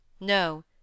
no